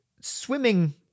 swimming